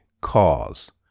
cause